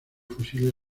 fusiles